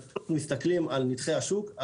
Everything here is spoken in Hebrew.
אז אם אנחנו מסתכלים על נתחי השוק,